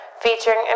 featuring